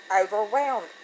Overwhelmed